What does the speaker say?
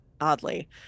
oddly